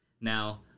Now